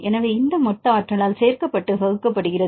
எனவே இது இந்த மொத்த ஆற்றலால் சேர்க்கப்பட்டு வகுக்கப்படுகிறது